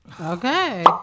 okay